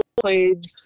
played